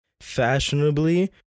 fashionably